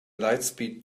lightspeed